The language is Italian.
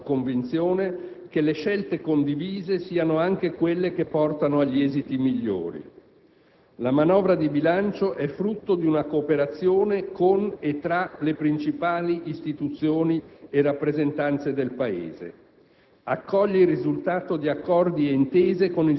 ma proprio questa consapevolezza sorregge la sua convinzione che le scelte condivise siano anche quelle che portano agli esiti migliori. La manovra di bilancio è frutto di una cooperazione con e tra le principali istituzioni e rappresentanze del Paese.